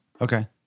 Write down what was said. Okay